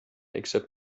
except